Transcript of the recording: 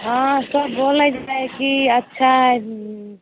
हँ सब बोलैत छै की अच्छा है